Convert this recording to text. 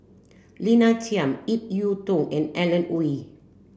Lina Chiam Ip Yiu Tung and Alan Oei